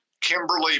Kimberly